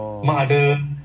oh